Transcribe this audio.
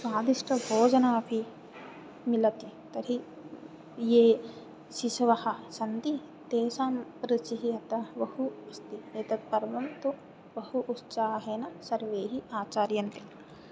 स्वादिष्टभोजनम् अपि मिलति तर्हि ये शिशवः सन्ति तेषां रुचिः यत् बहु अस्ति एतद् पर्व तु बहु उत्साहेन सर्वेः अपि आचर्यन्ते